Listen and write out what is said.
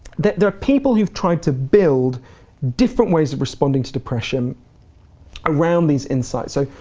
that there are people who have tried to build different ways of responding to depression around these insights. so,